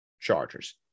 chargers